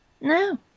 No